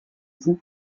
vous